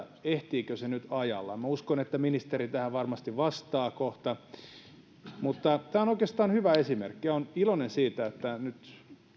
ehtiikö se nyt ajallaan minä uskon että ministeri tähän varmasti kohta vastaa mutta tämä on oikeastaan hyvä esimerkki olen iloinen siitä että nyt